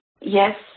yes